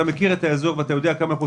אתה מכיר את האזור ואתה יודע כמה מאמצים